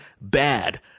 bad